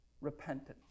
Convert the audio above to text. repentance